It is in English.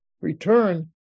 return